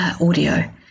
audio